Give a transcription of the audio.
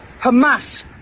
Hamas